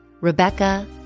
Rebecca